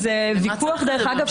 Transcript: דרך אגב,